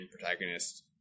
protagonist